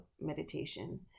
meditation